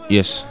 Yes